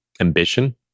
ambition